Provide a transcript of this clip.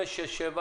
5,6,ו-7